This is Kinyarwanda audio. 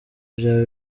byawe